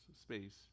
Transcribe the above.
space